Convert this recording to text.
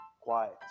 quiet